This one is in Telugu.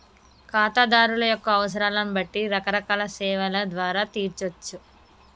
ఖాతాదారుల యొక్క అవసరాలను బట్టి రకరకాల సేవల ద్వారా తీర్చచ్చు